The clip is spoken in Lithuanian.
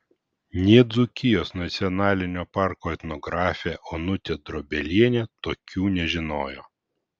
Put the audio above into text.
nė dzūkijos nacionalinio parko etnografė onutė drobelienė tokių nežinojo